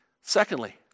Secondly